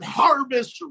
harvest